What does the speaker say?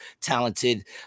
talented